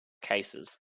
cases